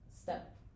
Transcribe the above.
step